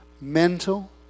mental